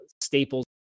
staples